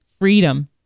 freedom